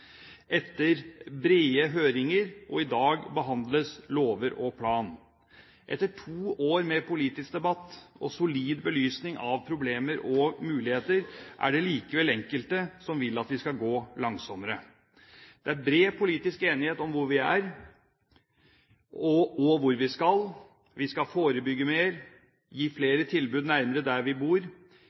etter brede høringer, og i dag behandles lover og plan. Etter to år med politisk debatt og solid belysning av problemer og muligheter er det likevel enkelte som vil at vi skal gå langsommere. Det er bred politisk enighet om hvor vi er, og hvor vi skal: Vi skal forebygge mer og gi flere tilbud nærmere der folk bor.